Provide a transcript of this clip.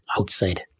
outside